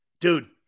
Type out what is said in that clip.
dude